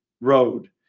road